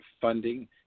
funding